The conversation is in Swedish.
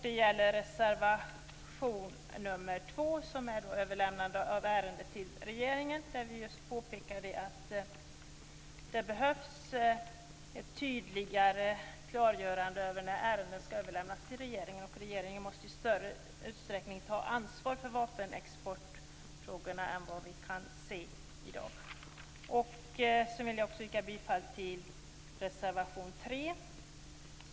Det gäller reservation 2, som rör överlämnande av ärende till regeringen. Vi påpekar där att det behövs ett tydligare klargörande av när ärenden skall överlämnas till regeringen, och regeringen måste i större utsträckning än i dag ta ansvar för vapenexportfrågorna. Jag vill också yrka bifall till reservation 3.